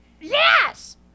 Yes